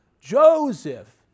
Joseph